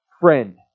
friend